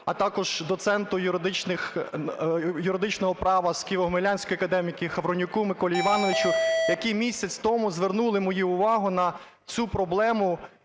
а також доценту юридичного права з Києво-Могилянської академії Хавронюку Миколі Івановичу, які місяць тому звернули мою увагу на цю проблему